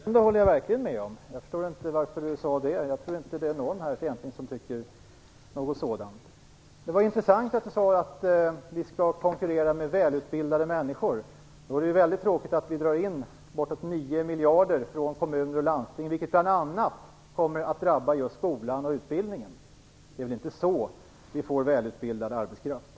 Fru talman! Det sistnämnda håller jag verkligen med om. Jag förstår inte varför Per Westerberg sade det. Jag tror inte det finns någon här som tycker annat. Det var intressant att Per Westerberg tycker att vi skall konkurrera med välutbildade människor. Då är det väldigt tråkigt att vi drar in bortåt 9 miljarder från kommuner och landsting, vilket bl.a. kommer att drabba just skolan och utbildningen. Det är väl inte så vi får välutbildad arbetskraft.